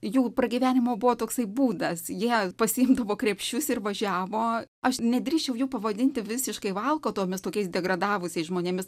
jų pragyvenimo buvo toksai būdas jie pasiimdavo krepšius ir važiavo aš nedrįsčiau jų pavadinti visiškai valkatomis tokiais degradavusiais žmonėmis